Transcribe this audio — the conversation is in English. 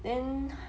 then